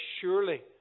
surely